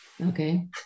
Okay